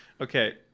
Okay